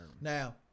Now